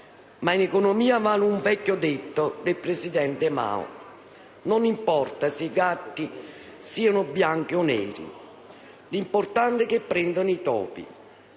Ma in economia vale un vecchio detto del presidente Mao: «Non importa se i gatti siano bianchi o neri; l'importante è che prendano i topi».